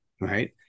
right